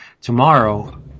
tomorrow